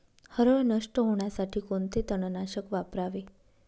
हरळ नष्ट होण्यासाठी कोणते तणनाशक वापरावे?